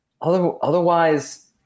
otherwise